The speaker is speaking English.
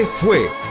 fue